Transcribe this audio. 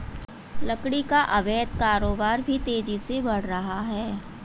लकड़ी का अवैध कारोबार भी तेजी से बढ़ रहा है